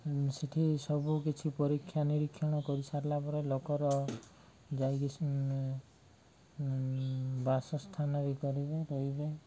ସେଠି ସବୁ କିଛି ପରୀକ୍ଷା ନିରୀକ୍ଷଣ କରିସାରିଲା ପରେ ଲୋକ ଯାଇକି ବାସସ୍ଥାନ ବି କରିବେ ରହିବେ